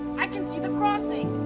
i can see the crossing.